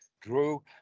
Drew